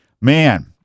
man